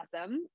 awesome